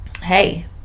hey